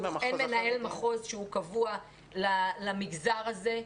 אין מנהל מחוז שהוא קבוע למגזר הזה.